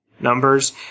numbers